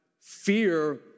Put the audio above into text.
Fear